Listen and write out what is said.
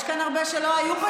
יש כאן הרבה שלא היו,